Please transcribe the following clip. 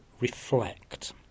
reflect